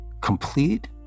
complete